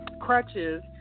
crutches